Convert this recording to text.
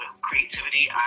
creativity